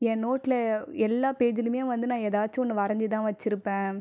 என் நோட்டில் எல்ல பேஜ்ஜிலுமே வந்து நான் ஏதாச்சு ஒன்று வரைஞ்சு தான் வச்சுருப்பேன்